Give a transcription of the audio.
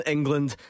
England